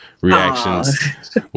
reactions